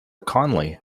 conley